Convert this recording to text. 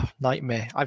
Nightmare